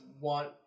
want